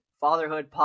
fatherhood